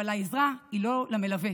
אבל העזרה היא לא למלווה,